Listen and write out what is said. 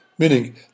Meaning